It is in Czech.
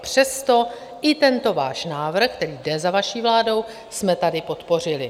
Přesto i tento váš návrh, který jde za vaší vládou, jsme tady podpořili.